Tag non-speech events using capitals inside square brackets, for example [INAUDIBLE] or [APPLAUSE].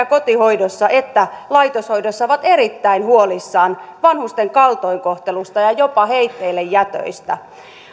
[UNINTELLIGIBLE] kotihoidossa että laitoshoidossa ovat erittäin huolissaan vanhusten kaltoinkohtelusta ja ja jopa heitteillejätöistä